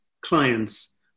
clients